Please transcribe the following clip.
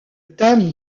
thème